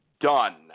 done